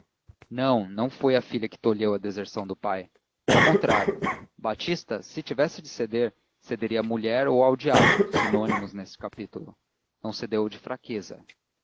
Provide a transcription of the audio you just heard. não não foi a filha que tolheu a deserção do pai ao contrário batista se tivesse de ceder cederia à mulher ou ao diabo sinônimos neste capítulo não cedeu de fraqueza